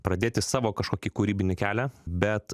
pradėti savo kažkokį kūrybinį kelią bet